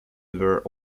were